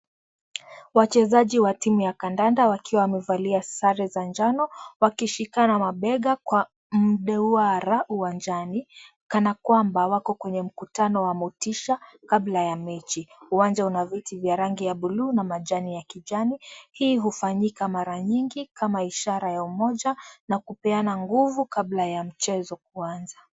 Wachezaji wa timu ya kandanda wakiwa wamevalia sare za njano wakishikiana mabega kwa mduara uwanjani kana kwamba wako kwenye mkutano wa motisha kabla ya mechi. Uwanja una viti vya rangi ya buluu na majani ya kijani. Hii hufanyika mara nyingi kama ishara ya umoja na kupeana nguvu kabla ya mchezo kuanza.